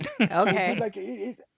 okay